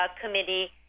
committee